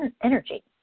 energy